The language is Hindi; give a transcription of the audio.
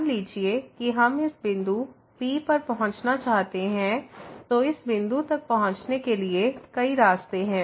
मान लीजिए कि हम इस बिंदु Pपर पहुंचना चाहते हैं तो इस बिंदु तक पहुंचने के लिए कई रास्ते हैं